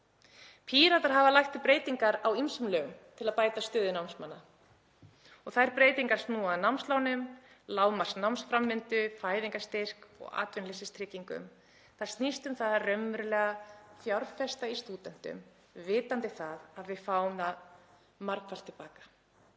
Píratar hafa lagt til breytingar á ýmsum lögum til að bæta stöðu námsmanna. Þær breytingar snúa að námslánum, lágmarksnámsframvindu, fæðingarstyrk og atvinnuleysistryggingum. Það snýst um að fjárfesta í stúdentum, vitandi að við fáum það margfalt til baka.